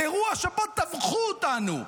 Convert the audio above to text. על אירוע שבו טבחו אותנו,